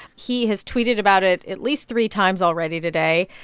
he has tweeted about it at least three times already today,